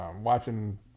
watching